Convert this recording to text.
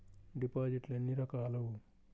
డిపాజిట్లు ఎన్ని రకాలు?